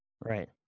Right